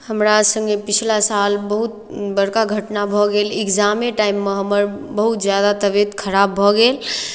हमरा सङ्गे पिछला साल बहुत बड़का घटना भऽ गेल इक्जामे टाइममे हमर बहुत ज्यादा तबियत खराब भऽ गेल